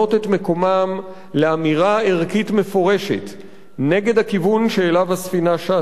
מקומם לאמירה ערכית מפורשת נגד הכיוון שאליו הספינה שטה,